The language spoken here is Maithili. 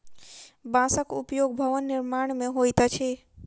बांसक उपयोग भवन निर्माण मे होइत अछि